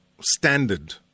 standard